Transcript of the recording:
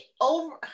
over